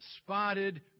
spotted